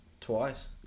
Twice